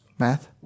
math